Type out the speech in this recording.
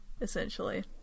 Essentially